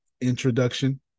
introduction